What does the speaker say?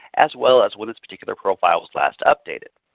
as well as when this particular profile was last updated.